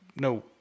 no